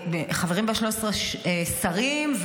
חברים בה 13 שרים,